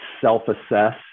self-assess